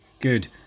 good